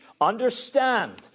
understand